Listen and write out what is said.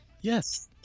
yes